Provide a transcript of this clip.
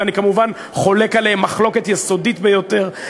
אני כמובן חולק עליהם מחלוקת יסודית ביותר,